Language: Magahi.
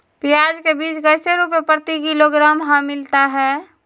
प्याज के बीज कैसे रुपए प्रति किलोग्राम हमिलता हैं?